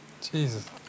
Jesus